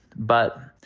but,